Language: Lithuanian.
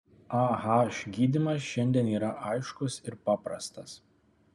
ah gydymas šiandien yra aiškus ir paprastas